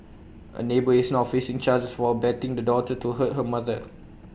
A neighbour is now facing charges for abetting the daughter to hurt her mother